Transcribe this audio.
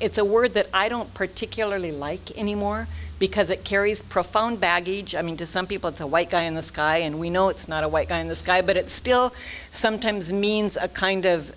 it's a word that i don't particularly like anymore because it carries profound baggage i mean to some people it's a white guy in the sky and we know it's not awaken in the sky but it still sometimes means a kind of